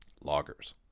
Loggers